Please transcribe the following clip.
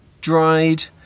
dried